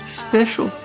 special